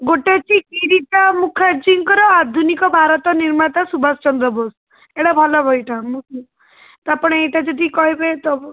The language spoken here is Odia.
ଗୋଟେ ଅଛି ଗିରିଜା ମୁଖାର୍ଜୀଙ୍କର ଆଧୁନିକ ଭାରତ ନିର୍ମାତା ସୁଭାଷ ଚନ୍ଦ୍ର ବୋଷ ଏଇଟା ଭଲ ବହିଟା ମୁଁ ମୁଁ ତ ଆପଣ ଏଇଟା ଯଦି କହିବେ ତ